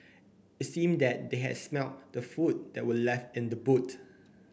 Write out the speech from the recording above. it seemed that they had smelt the food that were left in the boot